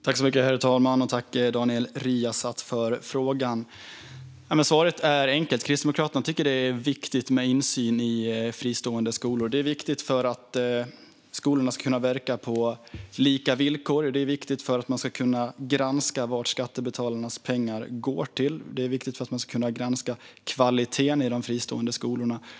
Herr talman! Tack för frågan, Daniel Riazat! Svaret är enkelt: Kristdemokraterna tycker att det är viktigt med insyn i fristående skolor. Det är viktigt för att skolorna ska kunna verka på lika villkor. Det är viktigt för att man ska kunna granska vad skattebetalarnas pengar går till. Det är viktigt för att man ska kunna granska kvaliteten i de fristående skolorna.